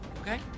Okay